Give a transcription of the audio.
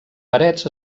parets